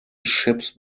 ships